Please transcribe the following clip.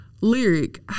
Lyric